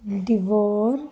devour